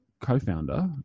co-founder